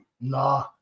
nah